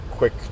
Quick